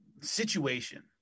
situation